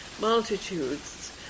multitudes